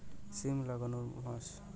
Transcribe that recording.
সিম লাগানোর মাস?